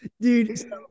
dude